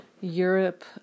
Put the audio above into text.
Europe